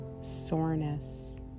soreness